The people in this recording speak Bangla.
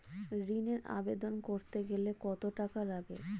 ঋণের আবেদন করতে গেলে কত টাকা লাগে?